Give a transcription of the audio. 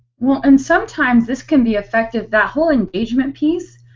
what and sometimes this can be effective. that whole engagement piece,